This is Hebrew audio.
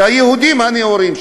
של היהודים הנאורים,